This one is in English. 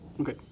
Okay